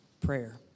prayer